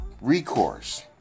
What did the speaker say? recourse